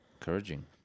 encouraging